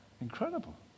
incredible